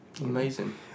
Amazing